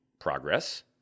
progress